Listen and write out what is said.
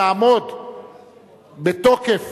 תעמוד בתוקף,